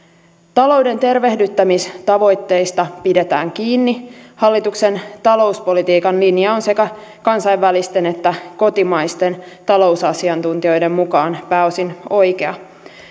talouden tervehdyttämistavoitteista pidetään kiinni hallituksen talouspolitiikan linja on sekä kansainvälisten että kotimaisten talousasiantuntijoiden mukaan pääosin oikea